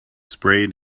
sprayed